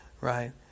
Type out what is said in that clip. right